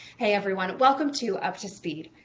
hey, everyone. welcome to up to speed.